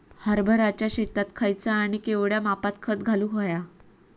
हरभराच्या शेतात खयचा आणि केवढया मापात खत घालुक व्हया?